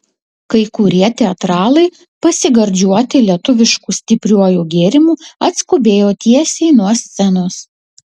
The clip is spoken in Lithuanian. kai kurie teatralai pasigardžiuoti lietuvišku stipriuoju gėrimu atskubėjo tiesiai nuo scenos